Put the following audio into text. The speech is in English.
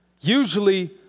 Usually